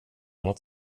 något